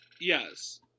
Yes